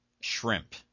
Shrimp